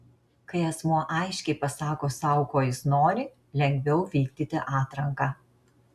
kai asmuo aiškiai pasako sau ko jis nori lengviau vykdyti atranką